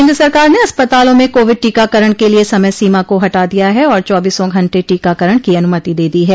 केंद्र सरकार ने अस्पतालों में कोविड टीकाकरण के लिए समय सीमा को हटा दिया है और चौबीसों घंटे टीकाकरण की अनुमति दे दी है